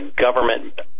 government